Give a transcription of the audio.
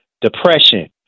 depression